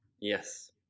Yes